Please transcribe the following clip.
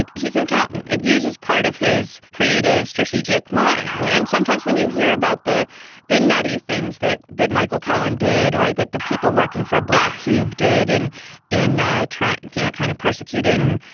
he's an accountant. it uses part of his creative, strategic mind. and sometimes when you hear about the the nutty things that that michael cohen did or that the people working for a black cube did and in ah track, you know, kind of persecuting,